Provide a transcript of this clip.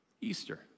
Easter